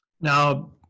Now